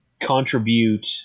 contribute